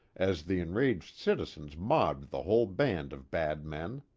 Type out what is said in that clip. as the enraged citizens mobbed the whole band of bad men.